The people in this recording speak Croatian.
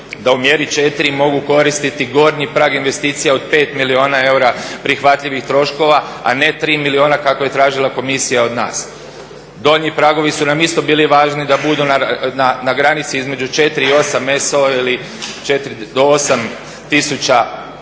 da u mjeri 4. mogu koristiti gornji prag investicija od 5 milijuna eura prihvatljivih troškova, a ne 3 milijuna kako je tražila komisija od nas. Donji pragovi su nam isto bili važni da budu na granici između 4 i 8 SO ili 4 do 8 tisuća